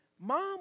Mom